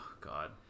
God